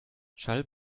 schall